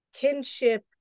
kinship